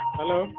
Hello